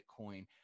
Bitcoin